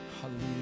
Hallelujah